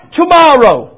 tomorrow